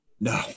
No